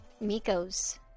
miko's